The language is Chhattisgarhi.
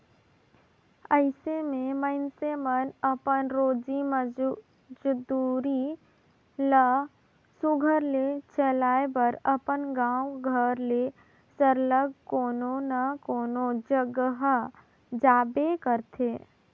अइसे में मइनसे मन अपन रोजी मंजूरी ल सुग्घर ले चलाए बर अपन गाँव घर ले सरलग कोनो न कोनो जगहा जाबे करथे